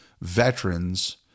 veterans